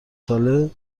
ساله